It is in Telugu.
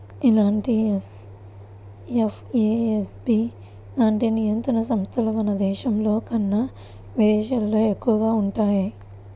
ఇలాంటి ఎఫ్ఏఎస్బి లాంటి నియంత్రణ సంస్థలు మన దేశంలోకన్నా విదేశాల్లోనే ఎక్కువగా వుంటయ్యి